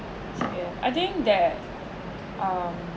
I think that um